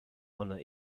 honour